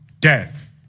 death